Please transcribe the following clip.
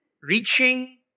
reaching